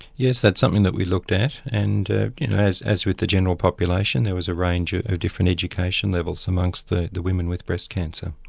yes, that's something that we looked at and as as with the general population, there was a range of different education levels amongst the the women with breast cancer.